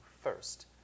first